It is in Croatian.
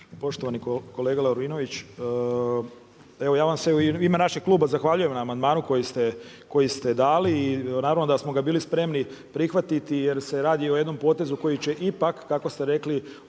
Poštovani kolega Lovrinović, evo ja vam se u ime našeg kluba zahvaljujem na amandmanu koji ste dali i naravno da smo ga bili spremni prihvatiti jer se radi o jednom potezu koji će ipak kako ste rekli